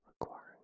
requiring